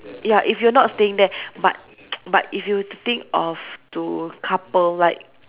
ya if you're not staying there but but if you think of to couple like